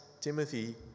timothy